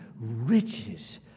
riches